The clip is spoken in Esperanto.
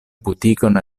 butikon